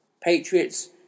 patriots